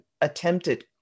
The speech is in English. attempted